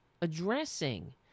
addressing